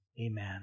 amen